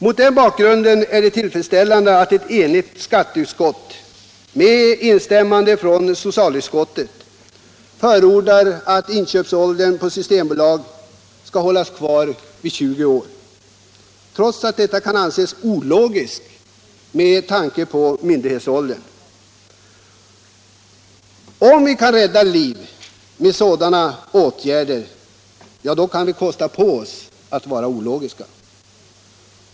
Mot den bakgrunden är det tillfredsställande att ett enigt skatteutskott med instämmande från socialutskottet förordar att inköpsåldern på systembolaget skall hållas kvar vid 20 år trots att detta kan anses ologiskt med tanke på myndighetsåldern. Om vi kan rädda liv med en sådan åtgärd kan vi kosta på oss att vara ologiska.